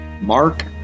Mark